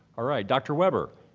all right, dr. weber.